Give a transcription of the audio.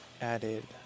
added